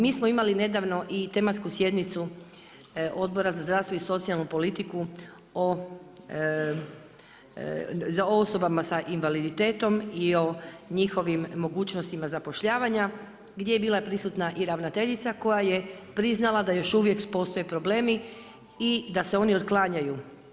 Mi smo imali nedavno i tematsku sjednicu Odbora za zdravstvo i socijalnu politiku o osobama sa invaliditetom i o njihovim mogućnostima zapošljavanja gdje je bila prisutna i ravnateljica koja je priznala da još uvijek postoje problemi i da se oni otklanjaju.